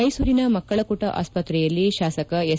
ಮೈಸೂರಿನ ಮಕ್ಕಳ ಕೂಟ ಆಸ್ಪತ್ರೆಯಲ್ಲಿ ಶಾಸಕ ಎಸ್